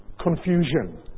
Confusion